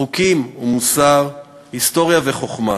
חוקים ומוסר, היסטוריה וחוכמה,